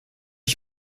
ich